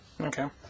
Okay